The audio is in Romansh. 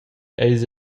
eis